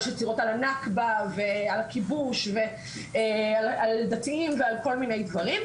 יש יציאות על הנכבה ועל הכיבוש ועל דתיים ועל כל מיני דברים,